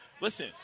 listen